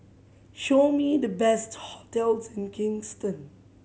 show me the best hotels in Kingston